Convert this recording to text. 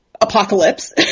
apocalypse